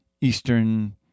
Eastern